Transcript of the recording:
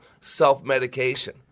self-medication